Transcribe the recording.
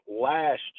last